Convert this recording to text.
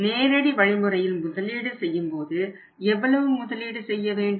நேரடி வழிமுறையில் முதலீடு செய்யும்போது எவ்வளவு முதலீடு செய்ய வேண்டும்